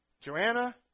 Joanna